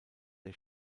der